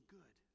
good